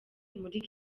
muri